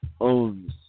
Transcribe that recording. owns